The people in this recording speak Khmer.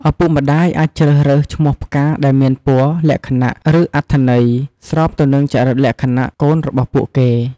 ឪពុកម្តាយ អាចជ្រើសរើសឈ្មោះផ្កាដែលមាន ពណ៌ លក្ខណៈ ឬអត្ថន័យ ស្របទៅនឹងចរិក លក្ខណៈ កូនរបស់ពួកគេ។